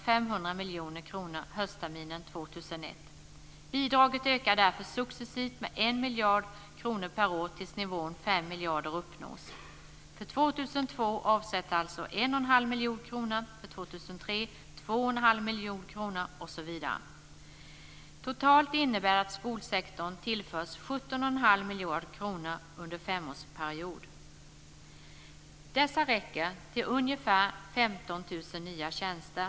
500 miljoner kronor höstterminen 2001. Bidraget ökar därefter successivt med 1 miljard kronor per år tills nivån 5 miljarder uppnås. miljard kronor under en femårsperiod. Dessa pengar räcker till ungefär 15 000 nya tjänster.